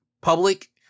public